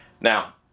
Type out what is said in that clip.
Now